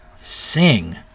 Sing